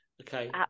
Okay